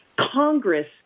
Congress